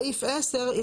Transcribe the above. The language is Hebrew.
וסעיף 10,